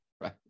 right